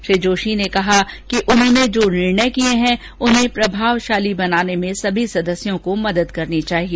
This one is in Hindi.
श्री जोशी ने कहा कि उन्होंने जो निर्णय किये हैं उन्हें प्रभावशाली बनाने में सभी सदस्यों को मदद करनी चाहिए